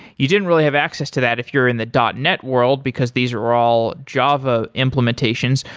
you didn't really have access to that if you're in the dotnet world, because these are all java implementations,